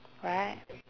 right